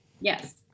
Yes